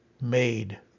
made